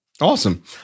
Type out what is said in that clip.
Awesome